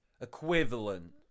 Equivalent